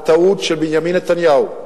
הטעות של בנימין נתניהו,